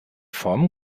formen